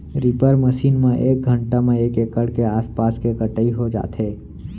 reaper machine म एक घंटा म एक एकड़ के आसपास के कटई हो जाथे